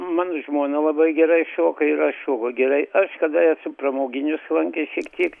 mano žmona labai gerai šoka ir aš šoku gerai aš kada esu pramoginius lankęs šiek tiek